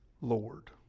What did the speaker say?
Lord